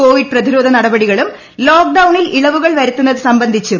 Covid പ്രതിരോധ നടപടികളും ലോക്ഡൌണിൽ ഇളവുകൾ വരുത്തുന്നത് സംബന്ധിച്ചും